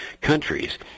countries